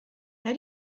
how